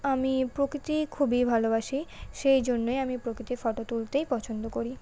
আমি প্রকৃতি খুবই ভালোবাসি সেই জন্যই আমি প্রকৃতির ফোটো তুলতেই পছন্দ করি